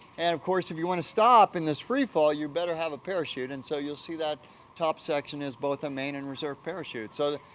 and, of course, if you wanna stop in this free fall you better have a parachute and, so, you'll see that top section is both a main and reserve parachute. so,